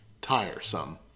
tiresome